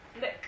Look